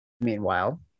meanwhile